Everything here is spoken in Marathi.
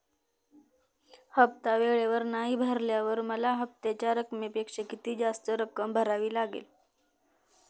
हफ्ता वेळेवर नाही भरल्यावर मला हप्त्याच्या रकमेपेक्षा किती जास्त रक्कम भरावी लागेल?